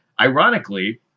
ironically